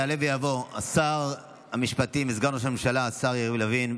יעלה ויבוא שר המשפטים וסגן ראש הממשלה השר יריב לוין.